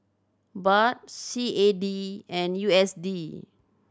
Baht C A D and U S D